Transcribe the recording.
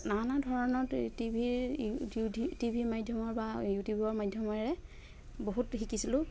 নানা ধৰণত এই টিভিৰ টি ভি মাধ্য়মৰ বা ইউটিউবৰ মাধ্য়মেৰে বহুত শিকিছিলোঁ